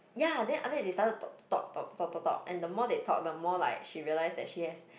ya then after that they start talk talk talk talk talk and the more they talk the more like she realise that she has